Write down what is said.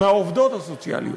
מהעובדות הסוציאליות.